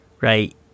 right